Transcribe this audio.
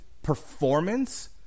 Performance